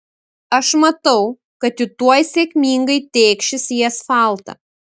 aš matau kad ji tuoj sėkmingai tėkšis į asfaltą